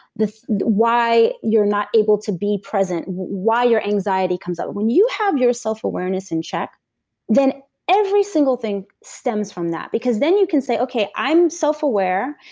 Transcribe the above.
why you're not able to be present, why your anxiety comes up. when you have your self-awareness in check then every single thing stems from that, because then you can say, okay, i'm selfaware.